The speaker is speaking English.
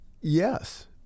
yes